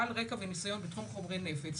בעל רקע וניסיון בתחום חומרי נפץ,